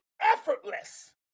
effortless